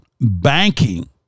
banking